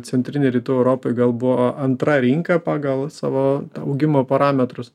centrinė rytų europa gal buvo antra rinka pagal savo augimo parametrus